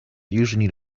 usually